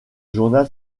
journal